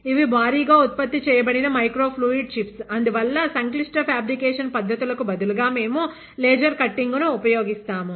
ఇవి భారీగా ఉత్పత్తి చేయబడిన మైక్రో ఫ్లూయిడ్ చిప్స్ అందువల్ల సంక్లిష్ట ఫ్యాబ్రికేషన్ పద్ధతులకు బదులుగా మేము లేజర్ కట్టింగును ఉపయోగిస్తాము